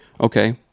okay